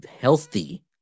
healthy